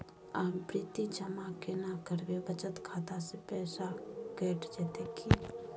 आवर्ति जमा केना करबे बचत खाता से पैसा कैट जेतै की?